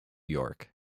york